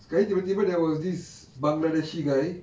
sekali tiba-tiba there was this bangladeshi guy